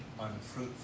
unfruitful